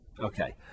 Okay